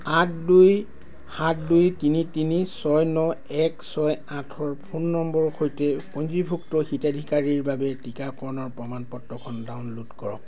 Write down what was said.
আঠ দুই সাত দুই তিনি তিনি ছয় ন এক ছয় আঠৰ ফোন নম্বৰৰ সৈতে পঞ্জীভুক্ত হিতাধিকাৰীৰ বাবে টিকাকৰণৰ প্ৰমাণ পত্ৰখন ডাউনলোড কৰক